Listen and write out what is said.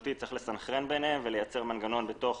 צריך לסנכרן ביניהם ולייצר מנגנון בתוך